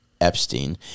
Epstein